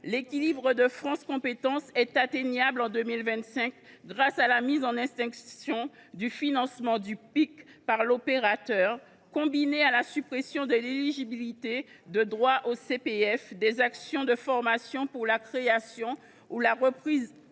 l’équilibre est atteignable en 2025 grâce à la mise en extinction du financement du PIC par l’opérateur, combinée à la suppression de l’éligibilité de droit au CPF des actions de formation pour la création ou la reprise